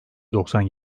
doksan